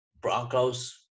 Broncos